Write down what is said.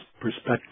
perspective